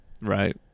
Right